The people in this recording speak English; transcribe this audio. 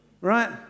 right